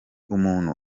umuntu